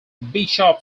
bishop